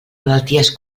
malalties